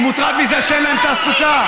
הוא מוטרד מזה שאין להם תעסוקה,